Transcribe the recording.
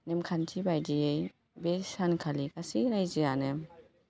नेमखान्थि बायदियै बे सानखालि गासै रायजोआनो